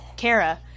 Kara